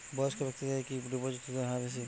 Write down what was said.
বয়স্ক ব্যেক্তিদের কি ডিপোজিটে সুদের হার বেশি?